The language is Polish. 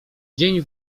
dzień